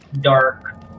dark